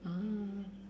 ah